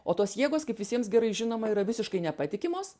o tos jėgos kaip visiems gerai žinoma yra visiškai nepatikimos